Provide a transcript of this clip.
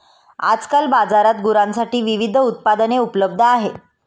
आजकाल बाजारात गुरांसाठी विविध उत्पादने उपलब्ध आहेत